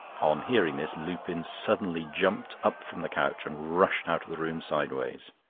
on hearing this, lupin suddenly jumped up from the couch and rushed out of the room sideways.